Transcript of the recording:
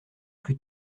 plus